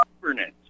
governance